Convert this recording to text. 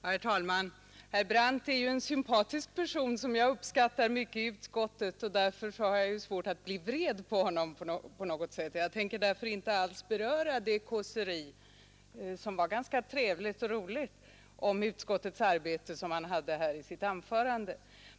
Herr talman! Herr Brandt är ju en sympatisk person som jag uppskattar mycket i utskottet, och jag har därför svårt att bli vred på honom. Jag tänker därför inte alls beröra det ganska trevliga och roliga kåseri om utskottets arbete som han hade här i sitt anförande.